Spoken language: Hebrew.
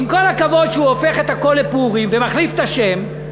עם כל הכבוד שהוא הופך את הכול לפורים ומחליף את השם,